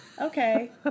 Okay